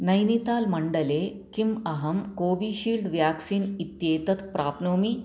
नैनिताल् मण्डले किम् अहं कोविशील्ड् वेक्सीन् इत्येतत् प्राप्नोमि